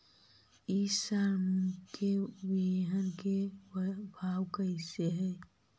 ई साल मूंग के बिहन के भाव कैसे हई?